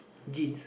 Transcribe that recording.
jeans